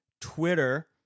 Twitter